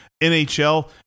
NHL